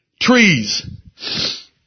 Trees